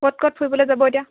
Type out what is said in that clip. ক'ত ক'ত ফুৰিবলৈ যাব এতিয়া